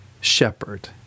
shepherd